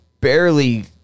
barely